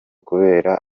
kubera